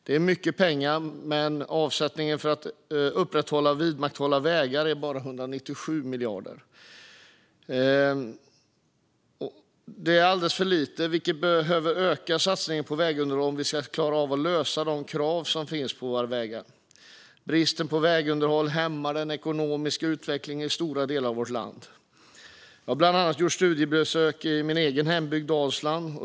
Det är mycket pengar, men avsättningen för att upprätthålla vägar är bara 197 miljarder. Det är alldeles för lite. Vi behöver öka satsningen på vägunderhåll om vi ska klara av att uppfylla de krav som finns på våra vägar. Bristen på vägunderhåll hämmar den ekonomiska utvecklingen i stora delar av vårt land. Jag har gjort studiebesök i bland annat min egen hembygd Dalsland.